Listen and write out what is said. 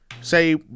say